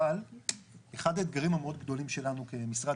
אבל אחד האתגרים המאוד גדולים שלנו כמשרד